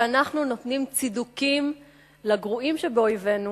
כשאנחנו נותנים צידוקים לגרועים שבאויבינו,